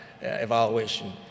evaluation